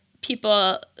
people